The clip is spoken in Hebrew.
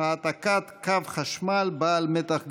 העתקת קו חשמל בעל מתח גבוה.